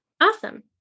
Awesome